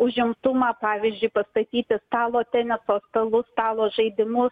užimtumą pavyzdžiui pastatyti stalo teniso stalus stalo žaidimus